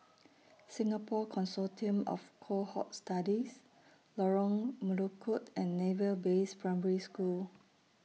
Singapore Consortium of Cohort Studies Lorong Melukut and Naval Base Primary School